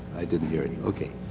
i didn't hear any. okay.